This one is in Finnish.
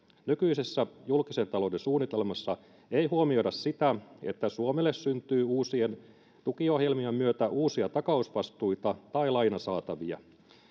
nykyisessä julkisen talouden suunnitelmassa ei huomioida sitä että suomelle syntyy uusien tukiohjelmien myötä uusia takausvastuita tai lainasaatavia